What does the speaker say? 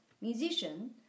musician